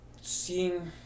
seeing